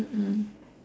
mm mm